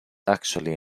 actually